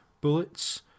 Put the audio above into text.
bullets